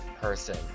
person